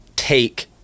take